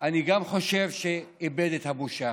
אני חושב שגם איבד את הבושה.